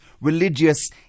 religious